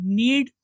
need